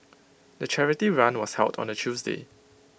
the charity run was held on A Tuesday